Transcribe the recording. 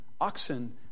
oxen